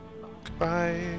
Goodbye